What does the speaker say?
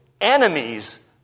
enemies